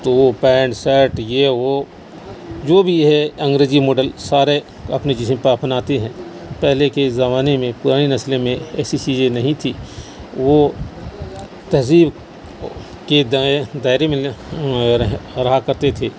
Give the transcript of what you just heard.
تو وہ pant shirt یہ وہ جو بھی ہے انگریزی ماڈل سارے اپنے جسم پہ اپناتے ہیں پہلے کے زمانے میں پرانی نسل میں ایسی چیزیں نہیں تھی وہ تہذیب کے دائرے میں رہا کرتے تھے